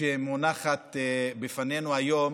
שמונחת בפנינו היום